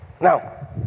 Now